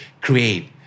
create